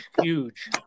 huge